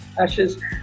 Ashes